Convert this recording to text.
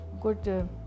good